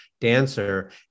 dancer